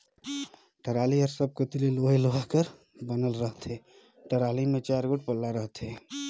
trolley हर सब कती ले लोहे लोहा कर बनल रहथे, टराली मे चाएर गोट पल्ला रहथे